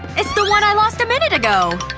it's the one i lost a minute ago!